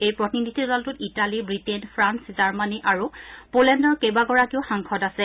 এই প্ৰতিনিধি দলটোত ইটালীৱিটেইন ফ্ৰাল জাৰ্মানী আৰু পোলেণ্ডৰ কেইবাগৰাকীও সাংসদ আছে